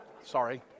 Sorry